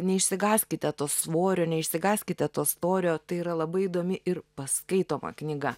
neišsigąskite to svorio neišsigąskite to storio tai yra labai įdomi ir paskaitoma knyga